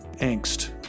angst